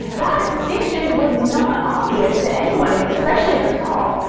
that distinction was not obvious to anyone, especially herself,